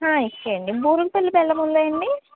ఇచ్చేయండి బెల్లం ఉందా అండి